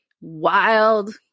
wild